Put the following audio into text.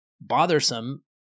bothersome